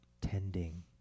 tending